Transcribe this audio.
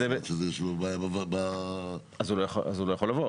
אז יכול להיות שיש לו בעיה --- אז הוא לא יכול לבוא,